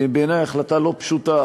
בעיני החלטה לא פשוטה,